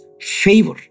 favor